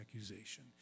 accusation